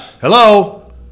hello